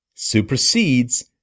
supersedes